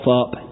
up